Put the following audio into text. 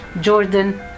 Jordan